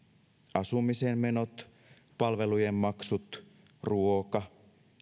asumisen menot palvelujen maksut ruoka